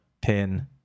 Pin